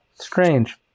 Strange